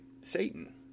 Satan